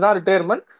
retirement